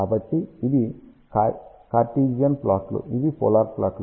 కాబట్టి ఇవి Cartesian plot లు ఇవి పోలార్ ప్లాట్ లు